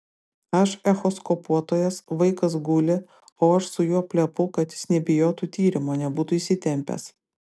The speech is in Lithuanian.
aš echoskopuotojas vaikas guli o aš su juo plepu kad jis nebijotų tyrimo nebūtų įsitempęs